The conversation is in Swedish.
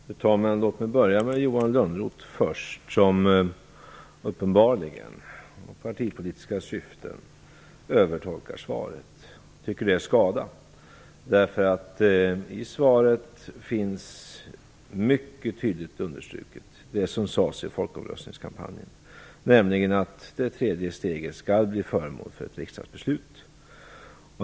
Fru talman! Låt mig börja med Johan Lönnroth som uppenbarligen av partipolitiska skäl övertolkar svaret. Jag tycker det är skada. I svaret finns, mycket tydligt understruket, det som sades i folkomröstningskampanjen, nämligen att det tredje steget skall bli föremål för ett riksdagsbeslut.